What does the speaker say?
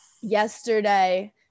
yesterday